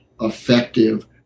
effective